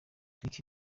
nicki